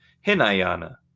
Hinayana